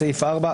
בסעיף 4,